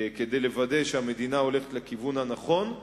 כדי לוודא שהמדינה הולכת לכיוון הנכון.